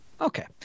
okay